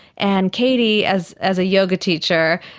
and katie, as as a yoga teacher,